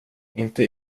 inte